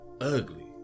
ugly